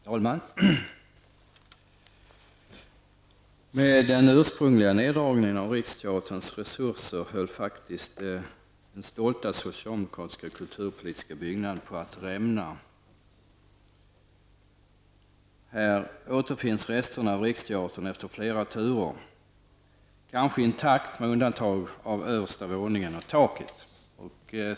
Herr talman! Med den ursprungliga neddragningen av Riksteaterns resurser höll faktiskt den stolta socialdemokratiska kulturpolitiska byggnaden på att rämna. Här återfinns resterna av Riksteatern efter flera turer, kanske intakt med undantag av översta våningen och taket.